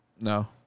No